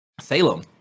Salem